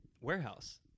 warehouse